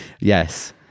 Yes